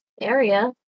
area